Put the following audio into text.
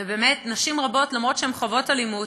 ובאמת, נשים רבות, אף שהן חוות אלימות,